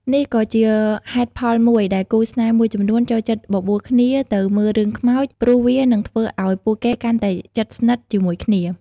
នេះក៏ជាហេតុផលមួយដែលគូស្នេហ៍មួយចំនួនចូលចិត្តបបួលគ្នាទៅមើលរឿងខ្មោច ព្រោះវានឹងធ្វើឲ្យពួកគេកាន់តែជិតស្និទ្ធជាមួយគ្នា។